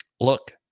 look